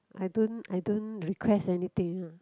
I don't I don't request anything